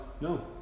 no